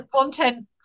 Content